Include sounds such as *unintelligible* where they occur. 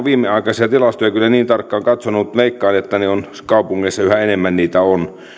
*unintelligible* viimeaikaisia tilastoja kyllä niin tarkkaan katsonut mutta veikkaan on kaupungeissa yhä enemmän